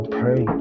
pray